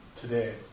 today